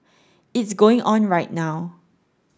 it's going on right now